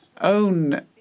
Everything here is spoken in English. own